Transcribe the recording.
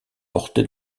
porté